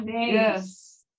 Yes